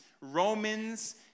Romans